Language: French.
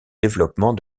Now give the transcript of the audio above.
développement